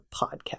podcast